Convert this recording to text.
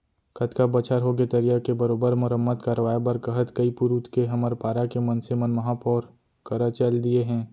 कतका बछर होगे तरिया के बरोबर मरम्मत करवाय बर कहत कई पुरूत के हमर पारा के मनसे मन महापौर करा चल दिये हें